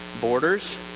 borders